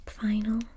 Final